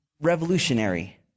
revolutionary